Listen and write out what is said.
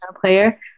player